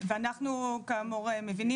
אני מתייחס